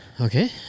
Okay